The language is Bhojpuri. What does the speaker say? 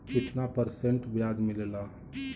कितना परसेंट ब्याज मिलेला?